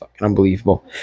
unbelievable